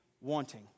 wanting